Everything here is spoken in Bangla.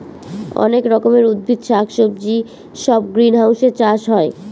অনেক রকমের উদ্ভিদ শাক সবজি সব গ্রিনহাউসে চাষ হয়